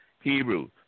Hebrew